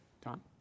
Tom